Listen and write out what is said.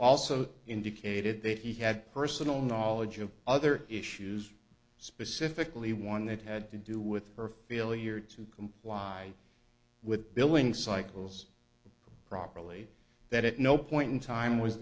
also indicated that he had personal knowledge of other issues specifically one that had to do with her failure to comply with billing cycles properly that at no point in time was